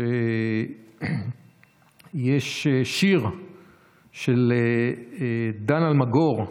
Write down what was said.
שיש שיר של דן אלמגור,